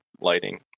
lighting